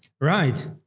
Right